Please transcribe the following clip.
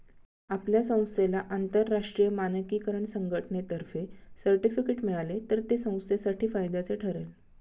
आपल्या संस्थेला आंतरराष्ट्रीय मानकीकरण संघटनेतर्फे सर्टिफिकेट मिळाले तर ते संस्थेसाठी फायद्याचे ठरेल